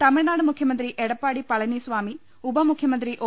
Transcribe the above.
തമിഴ്നാട് മുഖ്യമന്ത്രി എടപ്പാടി പളനിസ്വാമി ഉപമുഖ്യമന്ത്രി ഒ